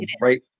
right